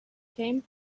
came